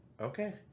okay